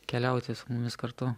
keliauti su mumis kartu